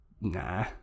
Nah